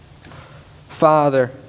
Father